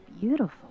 beautiful